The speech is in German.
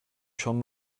schon